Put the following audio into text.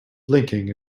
blinking